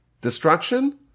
destruction